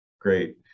Great